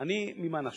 ממה נפשך?